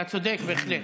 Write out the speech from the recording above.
אתה צודק בהחלט.